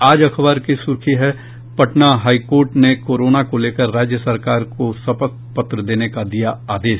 आज अखबार की सुर्खी है पटना हाई कोर्ट ने कोरोना को लेकर राज्य सरकार को शपथ पत्र देने का दिया आदेश